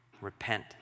Repent